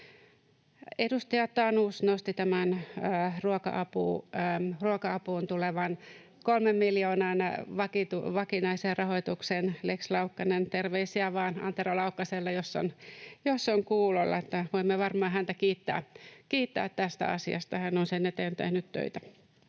Edustaja Tanus nosti tämän ruoka-apuun tulevan 3 miljoonaa vakinaiseen rahoitukseen. Tämä on Lex Laukkanen — terveisiä vaan Antero Laukkaselle, jos on kuulolla — että voimme varmaan häntä kiittää tästä asiasta, hän on sen eteen tehnyt töitä.